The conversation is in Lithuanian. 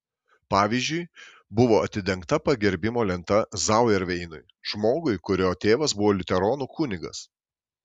pavyzdžiui buvo atidengta pagerbimo lenta zauerveinui žmogui kurio tėvas buvo liuteronų kunigas